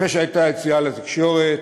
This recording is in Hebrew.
אחרי שהייתה יציאה לתקשורת,